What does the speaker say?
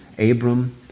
Abram